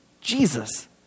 Jesus